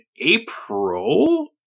April